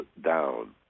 down